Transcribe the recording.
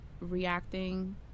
reacting